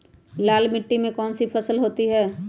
लाल मिट्टी में कौन सी फसल होती हैं?